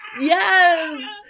Yes